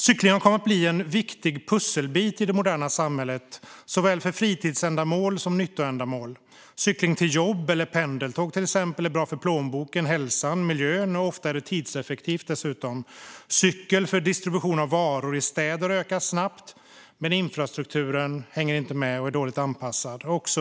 Cykling har kommit att bli en viktig pusselbit i det moderna samhället, såväl för fritidsändamål som för nyttoändamål. Cykling till jobb eller pendeltåg till exempel är bra för plånboken, hälsan, miljön, och ofta är det dessutom tidseffektivt. Cykel för distribution av varor i städer ökar snabbt, men infrastrukturen hänger inte med och är dåligt anpassad.